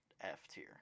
F-tier